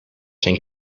zijn